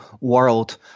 world